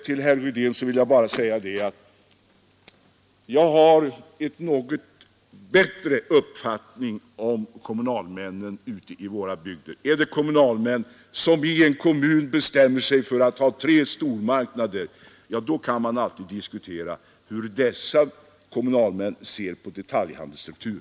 Till herr Rydén vill jag säga att jag har en bättre uppfattning om kommunalmännen. Skulle kommunalmän i en kommun bestämma sig för att ha tre stormarknader kan man alltid fråga sig hur de ser på detaljhandelns struktur.